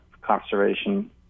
conservation